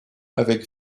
avec